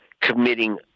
committing